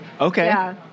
Okay